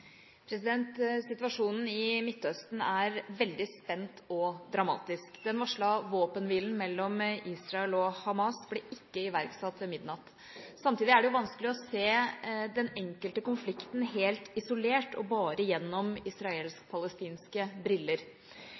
hovedspørsmål. Situasjonen i Midtøsten er veldig spent og dramatisk. Den varslede våpenhvilen mellom Israel og Hamas ble ikke iverksatt ved midnatt. Samtidig er det vanskelig å se den enkelte konflikten helt isolert og bare gjennom israelsk/palestinske briller.